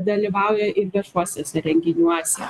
dalyvauja ir viešuose renginiuose